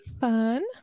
fun